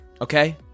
Okay